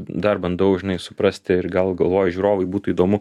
dar bandau žinai suprasti ir gal galvoju žiūrovui būtų įdomu